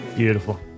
Beautiful